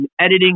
editing